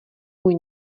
můj